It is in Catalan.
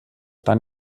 tan